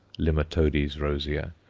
limatodes rosea,